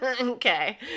Okay